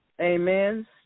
Amen